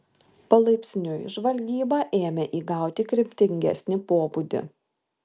palaipsniui žvalgyba ėmė įgauti kryptingesnį pobūdį